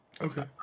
okay